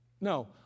No